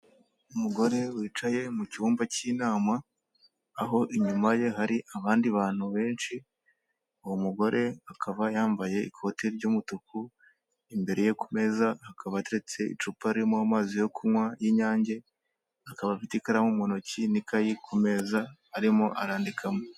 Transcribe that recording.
Umugore wicaye mu cyumba cy'inama aho inyuma ye hari abandi bantu benshi, uwo mugore akaba yambaye ikoti ry'umutuku, imbere ye ku meza hakaba hateretse icupa ririmo amazi yo kunywa y'inyange, akaba afite ikaramu mu ntoki n'ikayi ku meza arimo arandikamo.